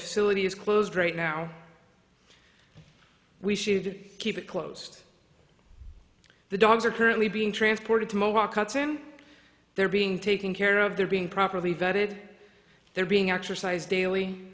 facility is closed right now we should keep it closed the dogs are currently being transported to mobile cuts and they're being taken care of they're being properly vetted they're being exercised daily